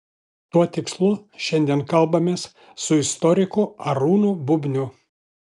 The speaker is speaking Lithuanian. tuo tikslu šiandien kalbamės su istoriku arūnu bubniu